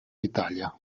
italia